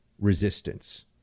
resistance